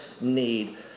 need